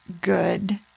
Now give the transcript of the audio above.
good